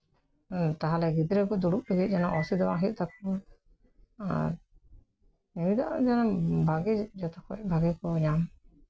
ᱛᱟᱦᱚᱞᱮ ᱜᱤᱫᱽᱨᱟᱹ ᱠᱚ ᱫᱩᱲᱩᱵ ᱞᱟᱹᱜᱤᱫ ᱡᱮᱱᱳ ᱚᱥᱩᱵᱤᱫᱷᱟ ᱵᱟᱝ ᱦᱩᱭᱩᱜ ᱛᱟᱠᱳ ᱟᱨ ᱧᱩ ᱫᱟᱜ ᱨᱮᱱᱟᱜ ᱵᱷᱟᱜᱮ ᱡᱚᱛᱚ ᱠᱷᱚᱡ ᱵᱷᱟᱜᱮ ᱠᱚ ᱧᱟᱢ